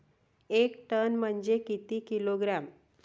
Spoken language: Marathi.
एक टन म्हनजे किती किलोग्रॅम?